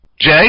Jay